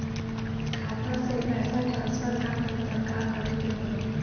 खाता से पैसा टॉसफर ना होई त का करे के पड़ी?